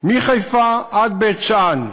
מחיפה עד בית-שאן,